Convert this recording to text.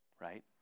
right